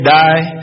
die